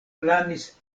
planis